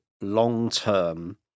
long-term